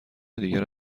دیگر